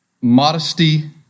Modesty